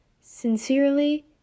Sincerely